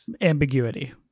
Ambiguity